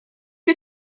que